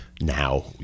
now